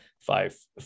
five